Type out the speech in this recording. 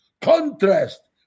Contrast